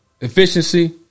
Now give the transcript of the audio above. Efficiency